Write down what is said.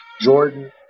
Jordan